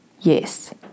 Yes